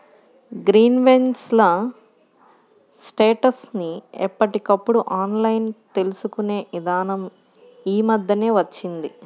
grievance ల status ని ఎప్పటికప్పుడు ఆన్లైన్ తెలుసుకునే ఇదానం యీ మద్దెనే వచ్చింది